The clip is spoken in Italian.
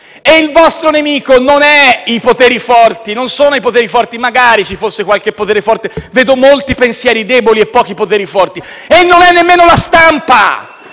i vostri nemici. Il vostro nemico non sono i poteri forti (magari ci fosse qualche potere forte: vedo molti pensieri deboli e pochi poteri forti) e non è nemmeno la stampa: